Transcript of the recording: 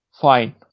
fine